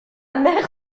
mère